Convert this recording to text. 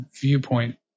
viewpoint